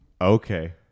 Okay